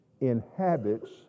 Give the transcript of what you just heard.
inhabits